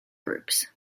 groups